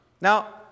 Now